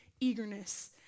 eagerness